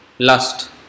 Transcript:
Lust